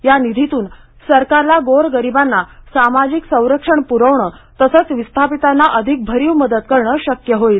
या निधीतून सरकारला गोरगरिबांना सामाजिक संरक्षण पुरवणं तसंच विस्थापितांना अधिक भरीव मदत करणं शक्य होईल